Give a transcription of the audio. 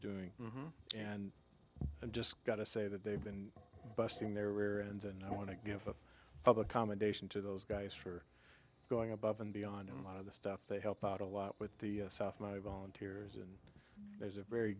doing and i just got to say that they've been busting their rear ends and i want to give a public commendation to those guys for going above and beyond a lot of the stuff they help out a lot with the south my volunteers and there's a very